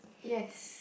yes